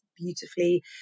beautifully